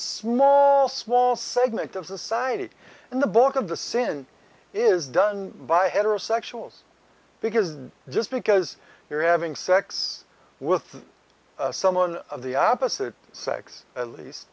small small segment of society and the bulk of the sin is done by heterosexuals because just because you're having sex with someone of the opposite sex at